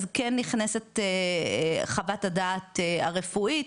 אז כן נכנסת חוות הדעת הרפואית,